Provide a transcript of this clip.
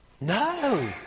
No